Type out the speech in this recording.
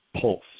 pulse